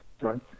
Right